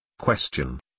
Question